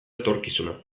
etorkizuna